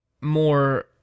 more